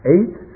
Eight